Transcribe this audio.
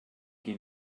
qui